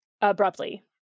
Abruptly